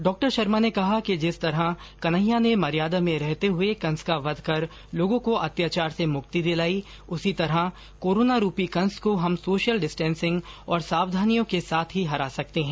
डॉ शर्मा ने कहा कि जिस तरह कन्हैया ने मर्यादा में रहते हए कंस का वध कर लोगों को अत्याचार से मुक्ति दिलाई उसी तरह कोरोना रूपी कंस को हम सोशल डिस्टेंसिंग और सावधानियों के साथ ही हरा सकते हैं